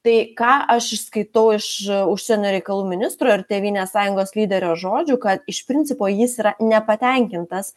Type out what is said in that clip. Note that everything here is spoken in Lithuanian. tai ką aš išskaitau iš užsienio reikalų ministro ar tėvynės sąjungos lyderio žodžių kad iš principo jis yra nepatenkintas